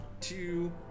two